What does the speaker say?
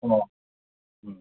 ꯑꯣ ꯎꯝ